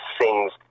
sings